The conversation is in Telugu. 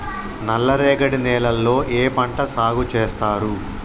నల్లరేగడి నేలల్లో ఏ పంట సాగు చేస్తారు?